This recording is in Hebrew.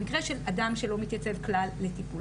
במקרה של אדם שלא מתייצב כלל לטיפול,